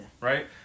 right